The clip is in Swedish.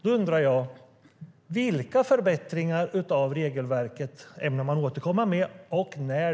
Då undrar jag: Vilka förslag till förbättringar av regelverket ämnar man återkomma med och när?